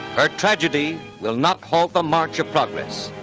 her tragedy will not halt the march of progress.